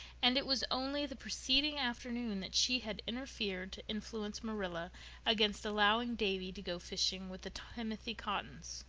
and it was only the preceding afternoon that she had interfered to influence marilla against allowing davy to go fishing with the timothy cottons.